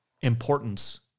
importance